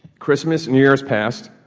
christmas, new year's passed.